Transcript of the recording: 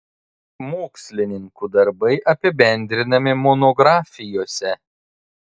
mokslininkų darbai apibendrinami monografijose